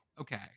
okay